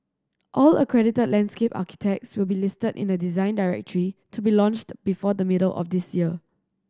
all accredited landscape architects will be listed in a Design Directory to be launched before the middle of this year